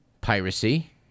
piracy